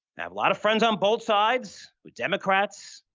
have a lot of friends on both sides with democrats,